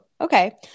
Okay